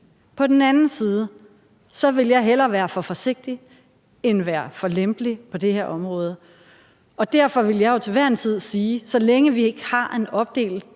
På den anden side vil jeg hellere være for forsigtig end at være for lempelig på det her område. Derfor vil jeg jo til hver en tid sige, at så længe vi ikke har en opdeling